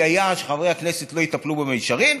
היה שחברי הכנסת לא יטפלו בהם במישרין.